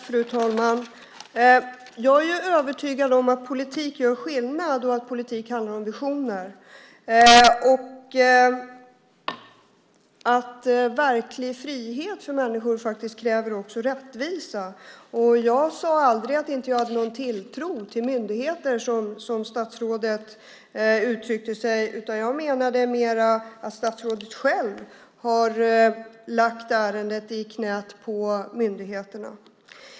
Fru talman! Jag är övertygad om att politik gör skillnad och att politik handlar om visioner. Verklig frihet för människor kräver faktiskt också rättvisa. Jag sade aldrig att jag inte hade någon tilltro till myndigheter, som statsrådet uttryckte sig. Jag menade mer att statsrådet själv har lagt ärendet i knäet på myndigheterna.